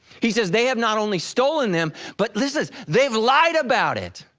he says they have not only stolen them, but listen they've lied about it.